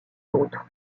autre